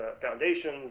foundations